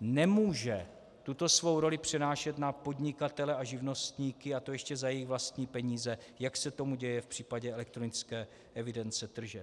nemůže tuto svou roli přenášet na podnikatele a živnostníky, a to ještě za jejich vlastní peníze, jak se tomu děje v případě elektronické evidence tržeb.